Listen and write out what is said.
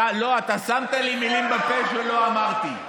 לא, אתה שמת לי מילים בפה שלא אמרתי.